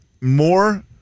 more